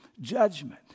judgment